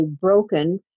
broken